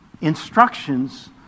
instructions